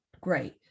great